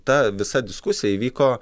ta visa diskusija įvyko